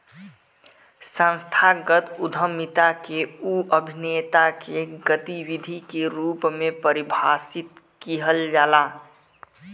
संस्थागत उद्यमिता के उ अभिनेता के गतिविधि के रूप में परिभाषित किहल जाला